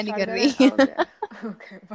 Okay